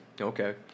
Okay